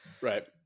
Right